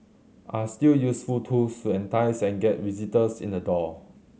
are still useful tools to entice and get visitors in the door